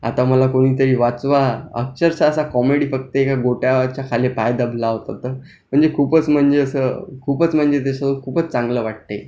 आता मला कोणीतरी वाचवा अक्षरशः असा कॉमेडी फक्त एका गोट्याच्या खाली पाय दबला होता तर म्हणजे खूपच म्हणजे असं खूपच म्हणजे ते असं खूपच चांगलं वाटते